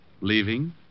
Leaving